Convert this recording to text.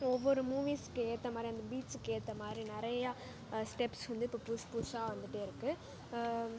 ஒவ்வொரு மூவிஸ்க்கு ஏற்ற மாதிரி அந்த பீட்ஸ்க்கு ஏற்ற மாதிரி நிறைய ஸ்டெப்ஸ் வந்து இப்போ புதுசு புதுசாக வந்துகிட்டே இருக்குது